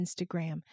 Instagram